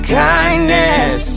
kindness